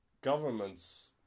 governments